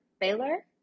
Baylor